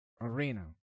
arena